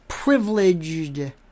privileged